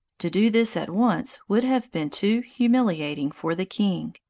to do this at once would have been too humiliating for the king.